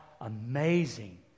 amazing